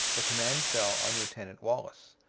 the command fell on lieutenant wallis,